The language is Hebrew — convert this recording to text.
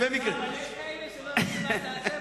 אבל יש כאלה שלא יודעים מה זה ה"זברות".